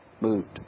moved